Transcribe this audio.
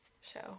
show